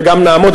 וגם נעמוד.